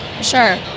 Sure